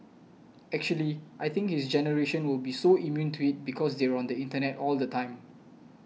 actually I think his generation will be so immune to it because they're on the internet all the time